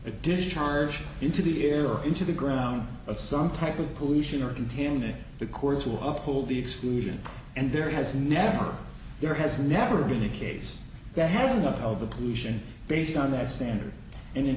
a discharge into the air or into the ground of some type of pollution or continue the course will up all the exclusion and there has never there has never been a case that has enough of the pollution based on that standard and